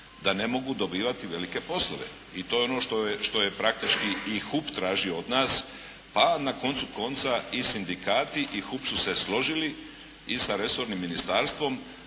da ne mogu dobivati velike poslove. I to je ono što je praktički i HUP tražio od nas. A na koncu konca i sindikati i HUP su se složili i sa resornim ministarstvom